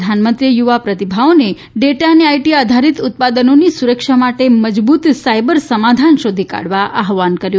પ્રધાનમંત્રીએ યુવા પ્રતિભાઓને ડેટા અને આઈટી આધારીત ઉત્પાદનોની સુરક્ષા માટે મજબૂત સાયબર સમાધાન શોધી કાઢવા આહ્નવાન કર્યું